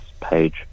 page